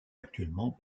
actuellement